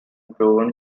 proven